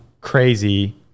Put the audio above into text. crazy